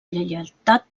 lleialtat